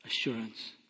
Assurance